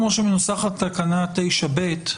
כמו שמנוסחת תקנה 9ב,